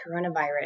coronavirus